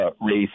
race